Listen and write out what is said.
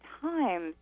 times